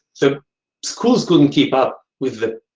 the schools couldn't keep up with the,